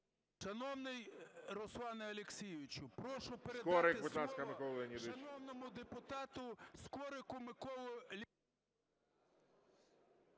Шановний Руслане Олексійовичу, прошу передати слово шановному депутату Скорику Миколі Леонідовичу.